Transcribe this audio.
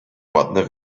ładne